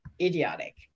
idiotic